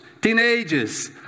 teenagers